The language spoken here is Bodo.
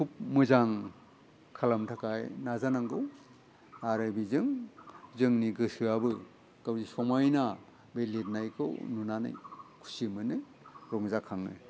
खुब मोजां खालामनो थाखाय नाजानांगौ आरो बेजों जोंनि गोसोआबो गावनि समायना बे लेरनायखौ नुनानै खुसि मोनो रंजाखाङो